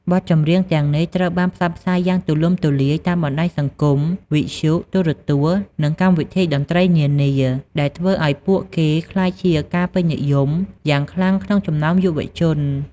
បទចម្រៀងទាំងនេះត្រូវបានផ្សព្វផ្សាយយ៉ាងទូលំទូលាយតាមបណ្តាញសង្គម វិទ្យុ ទូរទស្សន៍ និងកម្មវិធីតន្ត្រីនានា ដែលធ្វើឱ្យពួកគេក្លាយជាការពេញនិយមយ៉ាងខ្លាំងក្នុងចំណោមយុវជន។